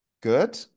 Good